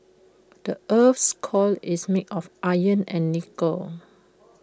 the Earth's core is made of iron and nickel